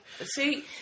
see